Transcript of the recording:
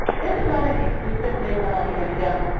this is not an inclusive list of our hidden gems.